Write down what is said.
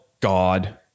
god